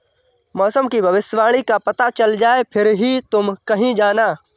मौसम की भविष्यवाणी का पता चल जाए फिर ही तुम कहीं जाना